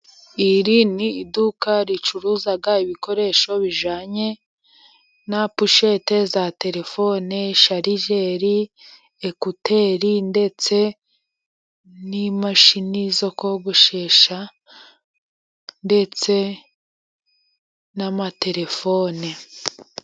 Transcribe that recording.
Iri ni iduka ricuruza ibikoresho bijyanye na poshete za terefone, sharijeri, ekuteri ndetse n'imashini zo kogoshesha, ndetse n'amaterefone.